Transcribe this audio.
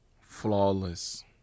Flawless